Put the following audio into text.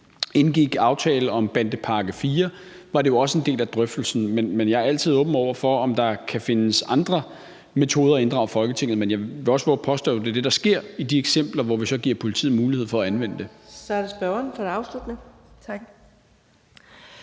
indgik aftale om bandepakke IV, hvor det også var en del af drøftelsen. Jeg er altid åben over for, om der kan findes andre metoder at inddrage Folketinget på, men jeg vil også vove at påstå, at det er det, der sker i de eksempler, hvor vi så giver politiet mulighed for at anvende det. Kl. 13:43 Fjerde næstformand (Karina